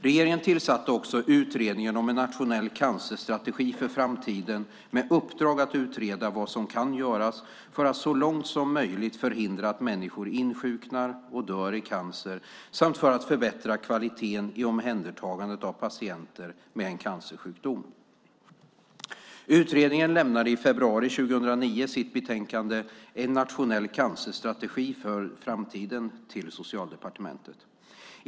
Regeringen tillsatte också Utredningen om en nationell cancerstrategi för framtiden med uppdraget att utreda vad som kan göras för att så långt som möjligt förhindra att människor insjuknar och dör i cancer samt för att förbättra kvaliteten i omhändertagandet av patienter med cancersjukdom. Utredningen överlämnade i februari 2009 sitt betänkande En nationell cancerstrategi för framtiden till Socialdepartementet.